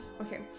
okay